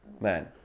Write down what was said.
Man